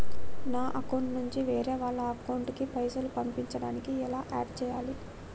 నా అకౌంట్ నుంచి వేరే వాళ్ల అకౌంట్ కి పైసలు పంపించడానికి ఎలా ఆడ్ చేయాలి?